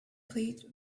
played